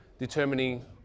determining